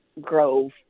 grove